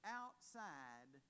outside